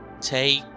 take